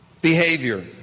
behavior